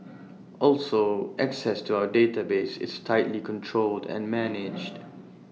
also access to our database is tightly controlled and managed